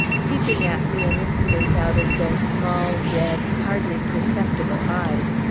peeping at me an instant out of their small, red, hardly perceptible eyes,